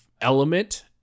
element